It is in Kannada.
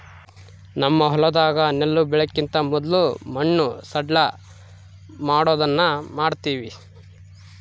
ನಮ್ಮ ಹೊಲದಾಗ ನೆಲ್ಲು ಬೆಳೆಕಿಂತ ಮೊದ್ಲು ಮಣ್ಣು ಸಡ್ಲಮಾಡೊದನ್ನ ಮಾಡ್ತವಿ